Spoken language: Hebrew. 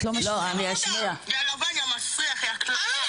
(משמיעה הקלטה מהנייד/ נשמעות קללות) לא,